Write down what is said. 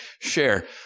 share